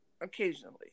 occasionally